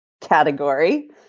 category